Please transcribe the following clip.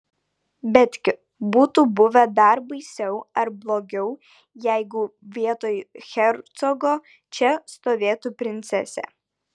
betgi būtų buvę dar baisiau ar blogiau jeigu vietoj hercogo čia stovėtų princesė